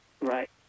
right